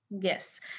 Yes